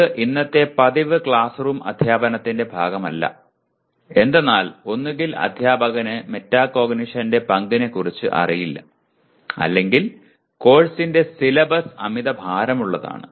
ഇത് ഇന്നത്തെ പതിവ് ക്ലാസ് റൂം അധ്യാപനത്തിന്റെ ഭാഗമല്ല എന്തെന്നാൽ ഒന്നുകിൽ അധ്യാപകന് മെറ്റാകോഗ്നിഷന്റെ പങ്കിനെക്കുറിച്ച് അറിയില്ല അല്ലെങ്കിൽ കോഴ്സിന്റെ സിലബസ് അമിതഭാരമുള്ളതാണ്